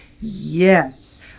Yes